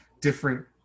different